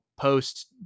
post